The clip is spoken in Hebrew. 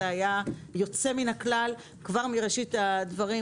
היה יוצא מן הכלל כבר מראשית הדברים,